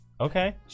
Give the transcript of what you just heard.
Okay